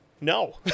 No